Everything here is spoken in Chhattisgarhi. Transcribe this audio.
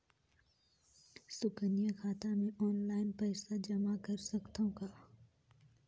सुकन्या खाता मे ऑनलाइन पईसा जमा कर सकथव का?